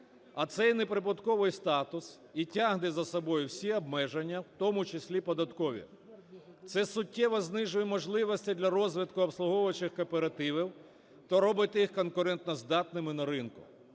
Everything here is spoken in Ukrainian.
а цей неприбутковий статус і тягне за собою всі обмеження, в тому числі податкові. Це суттєво знижує можливості для розвитку обслуговуючих кооперативів та робить їх конкурентоздатними на ринку.